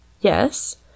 Yes